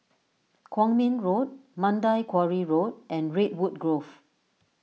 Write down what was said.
Kwong Min Road Mandai Quarry Road and Redwood Grove